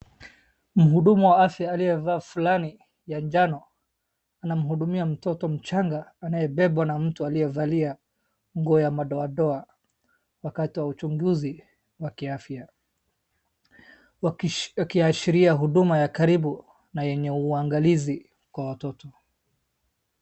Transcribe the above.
Mhudumu wa afya aliyevaa fulani ya njano, anamhudumia mtoto mchanga anayebebwa na mtu aliyevalia nguo ya madoadoa, wakati wa uchunguzi wa kiafya. Wakiashiria huduma ya karibu na yenye uangalizi kwa watoto.